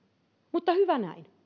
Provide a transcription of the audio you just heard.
mutta hyvä näin